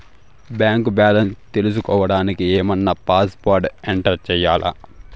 Bank balance తెలుసుకోవడానికి ఏమన్నా password enter చేయాలా?